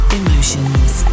Emotions